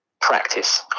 practice